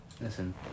Listen